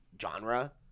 genre